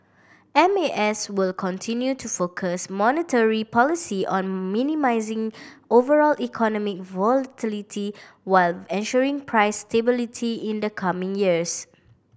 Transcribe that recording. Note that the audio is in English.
M A S will continue to focus monetary policy on minimising overall economic volatility while ensuring price stability in the coming years